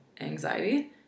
anxiety